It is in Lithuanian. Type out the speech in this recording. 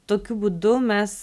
tokiu būdu mes